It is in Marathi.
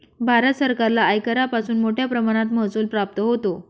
भारत सरकारला आयकरापासून मोठया प्रमाणात महसूल प्राप्त होतो